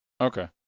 Okay